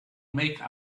make